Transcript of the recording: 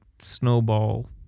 snowball